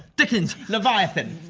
dickens! leviathan?